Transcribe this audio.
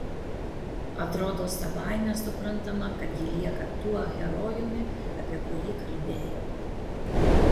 atrodo savaime suprantama kad ji lieka tuo herojumi apie kurį kalbėjo